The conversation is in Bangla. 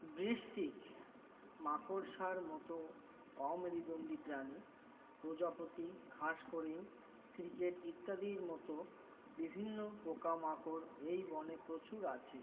বৃশ্চিক মাকড়সার মতো অমেরুদণ্ডী প্রাণী প্রজাপতি ঘাস ফড়িং ক্রিকেট ইত্যাদির মতো বিভিন্ন পোকামাকড় এই বনে প্রচুর আছে